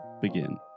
begin